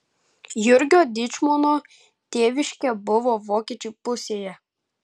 jurgio dyčmono tėviškė buvo vokiečių pusėje